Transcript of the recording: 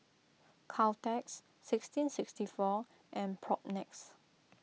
Caltex sixteen sixty four and Propnex